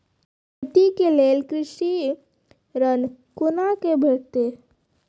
खेती के लेल कृषि ऋण कुना के भेंटते?